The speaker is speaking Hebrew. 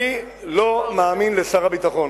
אני לא מאמין לשר הביטחון.